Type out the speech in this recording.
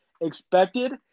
expected